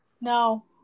No